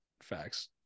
Facts